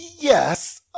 Yes